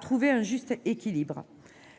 trouver un juste équilibre.